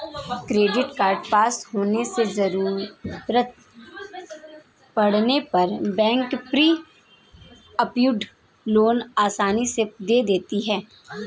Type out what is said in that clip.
credit card पास होने से जरूरत पड़ने पर बैंक प्री अप्रूव्ड लोन आसानी से दे देता है